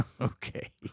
Okay